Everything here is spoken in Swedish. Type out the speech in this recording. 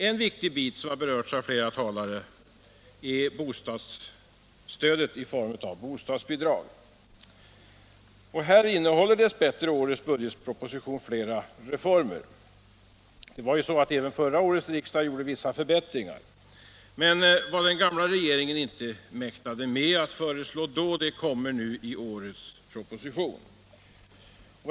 En viktig bit av bostadsstödet som har berörts av flera talare är bostadsbidragen. Här innehåller årets budgetproposition dess bättre flera reformer. Även förra årets riksdag gjorde vissa förbättringar. Men vad den gamla regeringen inte mäktade med att föreslå då, det kommer i årets proposition.